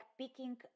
picking